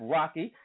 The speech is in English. Rocky